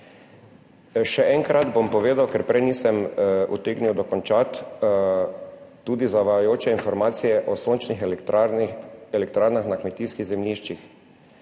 Še enkrat bom povedal, ker prej nisem utegnil dokončati, tudi zavajajoče informacije o sončnih elektrarn, elektrarnah na kmetijskih zemljiščih.